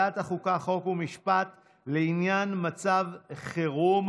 וועדת החוקה, חוק ומשפט לעניין מצב חירום.